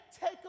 take